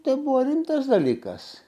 tebuvo vienintelis dalykas